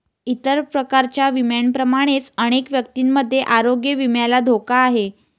इतर प्रकारच्या विम्यांप्रमाणेच अनेक व्यक्तींमध्ये आरोग्य विम्याला धोका आहे